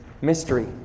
mystery